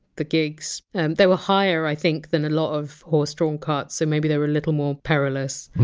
the gigs and they were higher, i think, than a lot of horse drawn carts, so maybe they were a little more perilous.